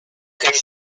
que